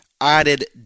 added